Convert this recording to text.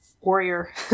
warrior